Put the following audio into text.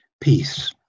Peace